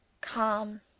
calm